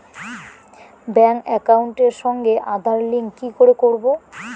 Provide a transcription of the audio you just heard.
Bank একাউন্টের সঙ্গে Aadhaar link কি করে করবো?